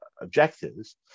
objectives